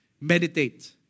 Meditate